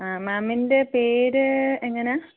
ആ മാമിൻ്റെ പേര് എങ്ങനെയാ